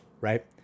right